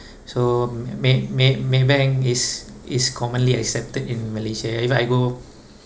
so may~ may~ Maybank is is commonly accepted in Malaysia if I go